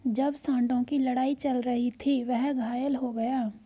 जब सांडों की लड़ाई चल रही थी, वह घायल हो गया